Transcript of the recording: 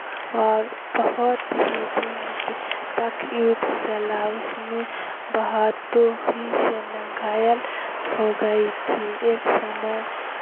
और बहुत ही दीन की तक युद्ध चला उसमें बहुतों ही सेना घायल हो गई थी एक समय